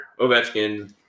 Ovechkin